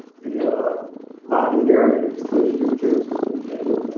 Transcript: the lobby there between the two gyms has and and